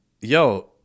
yo